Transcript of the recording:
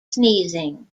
sneezing